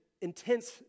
intense